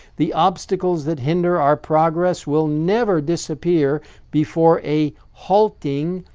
the obstacles that hinder our progress will never disappear before a halting,